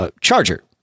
charger